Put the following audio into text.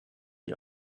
die